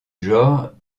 genre